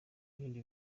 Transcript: ibindi